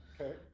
Okay